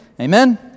Amen